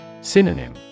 Synonym